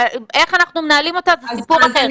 איך אנחנו מנהלים אותה זה סיפור אחר,